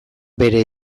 bere